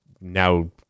now